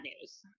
news